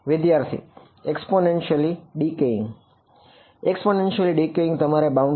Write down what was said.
વિદ્યાર્થી exponentially decaying